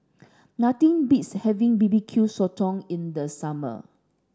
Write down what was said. nothing beats having B B Q Sotong in the summer